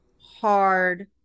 hard